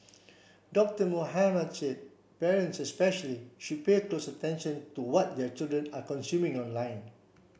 Doctor Mohamed said parents especially should pay close attention to what their children are consuming online